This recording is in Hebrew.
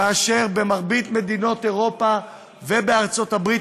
כאשר במרבית מדינות אירופה ובארצות-הברית